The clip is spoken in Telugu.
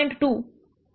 2 0